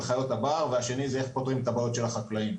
חיות הבר והשני זה איך פותרים את הבעיות של החקלאים.